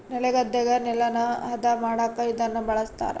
ನೆಲಗದ್ದೆಗ ನೆಲನ ಹದ ಮಾಡಕ ಇದನ್ನ ಬಳಸ್ತಾರ